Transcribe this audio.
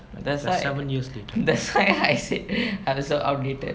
that's why that's why I said I was so outdated